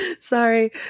sorry